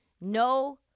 no